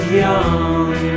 young